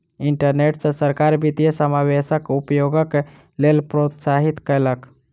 internet सॅ सरकार वित्तीय समावेशक उपयोगक लेल प्रोत्साहित कयलक